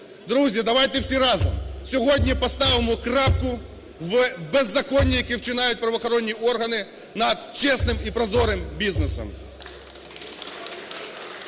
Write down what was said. друзі, давайте всі разом сьогодні поставимо крапку в беззаконні, яке вчиняють правоохоронні органи над чесним і прозорим бізнесом.